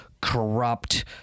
corrupt